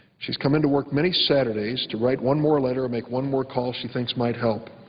she has come in to work many saturdays to write one more letter, make one more call she thinks might help.